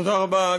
תודה רבה.